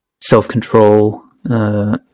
self-control